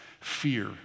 fear